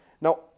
Now